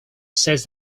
says